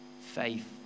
Faith